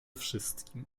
wszystkim